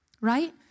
right